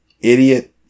Idiot